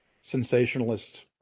sensationalist